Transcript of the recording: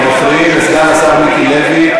אתם מפריעים לסגן השר מיקי לוי.